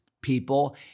people